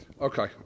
Okay